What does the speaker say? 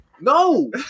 No